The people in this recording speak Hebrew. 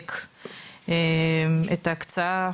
לדייק את ההקצאה